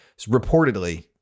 reportedly